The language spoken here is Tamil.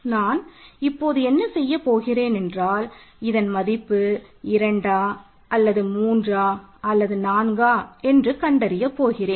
நான் இப்போது என்ன செய்யப் போகிறேன் என்றால் இதன் மதிப்பு இரண்டா அல்லது மூன்றா அல்லது நான்கா என்று கண்டறிய போகிறேன்